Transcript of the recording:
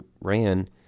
ran